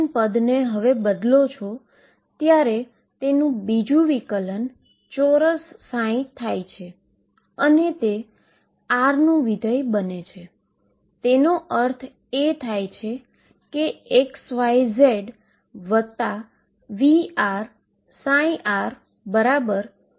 હકીકતમાં હું શું કરવા જઇ રહ્યો છું તો f x ને એક મર્યાદિત પોલીનોમીઅલ તરીકે કોન્સ્ટન્ટ લઉ છું અને જુઓ કે શું થાય છે